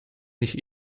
nicht